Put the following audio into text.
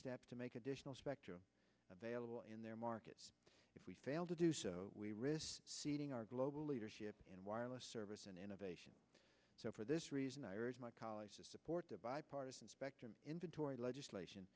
steps to make additional spectrum available in their markets if we fail to do so we risk ceding our global leadership in wireless service and innovation so for this reason i urge my colleagues to support the bipartisan spectrum inventoried legislation